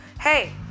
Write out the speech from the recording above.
hey